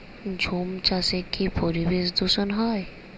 ঝুম চাষে কি পরিবেশ দূষন হয়?